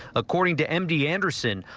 according to m d. anderson,